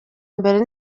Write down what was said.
mbere